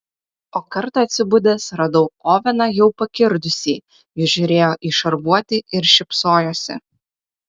o kartą atsibudęs radau oveną jau pakirdusį jis žiūrėjo į šarvuotį ir šypsojosi